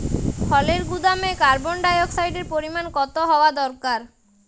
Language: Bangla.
ফলের গুদামে কার্বন ডাই অক্সাইডের পরিমাণ কত হওয়া দরকার?